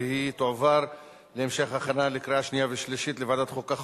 והיא תועבר להמשך הכנה לקריאה שנייה ושלישית לוועדת החוקה,